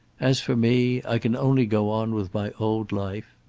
as for me, i can only go on with my old life.